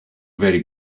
very